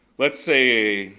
let's say,